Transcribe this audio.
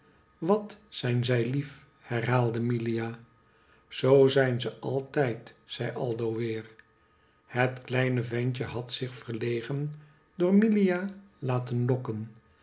wat zijn ze lief herhaalde milia zoo zijn ze altijd zei aldo weer het kleine ventje had zich verlegen door milia laten lokken